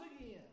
again